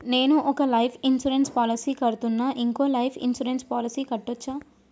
నేను ఒక life insurance policy కడ్తున్నా, ఇంకో లైఫ్ ఇన్సూరెన్స్ పాలసీ కట్టొచ్చా?